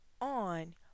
on